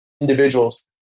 individuals